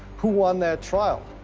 who won that trial?